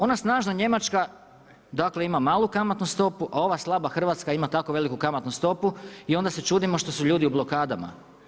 Ona snažna njemačka dakle ima malu kamatnu stopu, a ova slaba Hrvatska ima tako veliku kamatnu stopu i onda se čudimo što su ljudi u blokadama.